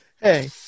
Hey